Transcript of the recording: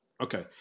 Okay